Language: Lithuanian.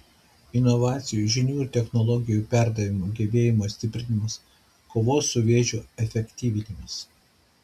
inovacijų žinių ir technologijų perdavimo gebėjimo stiprinimas kovos su vėžiu efektyvinimas